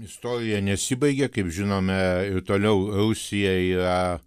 istorija nesibaigia kaip žinome toliau rusija yra